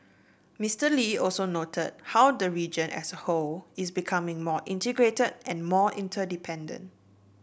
Mister Lee also noted how the region as a whole is becoming more integrated and more interdependent